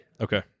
okay